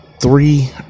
three